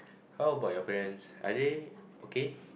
how about your parents are they okay